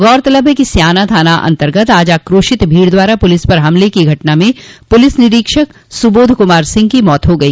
गौरतलब है कि स्याना थाना अन्तर्गत आज आक्रोशित भीड़ द्वारा पुलिस पर हमले की घटना में पुलिस निरीक्षक सुबोध कुमार सिंह की मौत हो गई